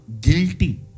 guilty